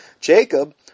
Jacob